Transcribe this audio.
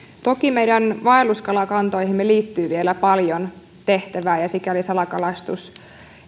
toki meidän vaelluskalakantoihimme liittyy vielä paljon tehtävää ja sikäli salakalastus